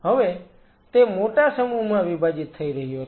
હવે તે મોટા સમૂહમાં વિભાજીત થઈ રહ્યો છે